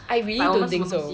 I really don't think so